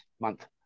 Month